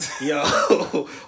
Yo